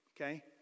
Okay